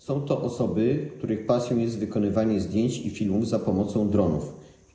Są to osoby, których pasją jest wykonywanie zdjęć i filmów za pomocą dronów.